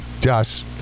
Josh